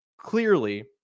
clearly